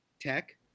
tech